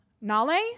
Nale